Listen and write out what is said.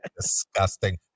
Disgusting